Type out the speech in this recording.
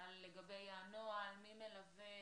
לגבי הנוהל מי מלווה,